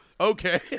okay